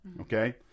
okay